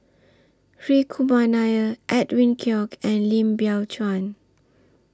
Hri Kumar Nair Edwin Koek and Lim Biow Chuan